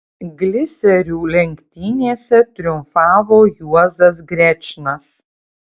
gliserių lenktynėse triumfavo juozas grečnas